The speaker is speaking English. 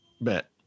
Bet